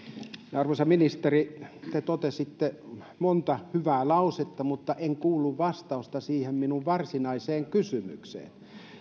arvoisa ministeri te totesitte monta hyvää lausetta mutta en kuullut vastausta siihen minun varsinaiseen kysymykseeni